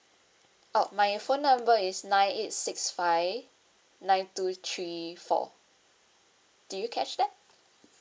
oh my phone number is nine eight six five nine two three four did you catch that